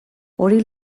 hori